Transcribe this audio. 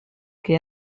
que